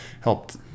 helped